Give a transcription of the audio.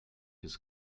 his